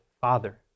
Father